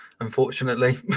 unfortunately